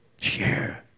share